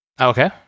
okay